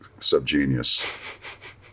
subgenius